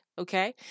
okay